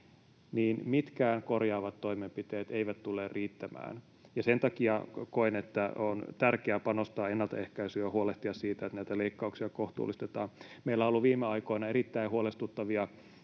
niin mitkään korjaavat toimenpiteet eivät tule riittämään. Sen takia koen, että on tärkeää panostaa ennaltaehkäisyyn ja huolehtia siitä, että näitä leikkauksia kohtuullistetaan. Meillä on ollut viime aikoina erittäin huolestuttavia